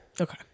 Okay